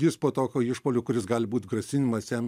jis po tokio išpuolio kuris gali būt grasinimas jam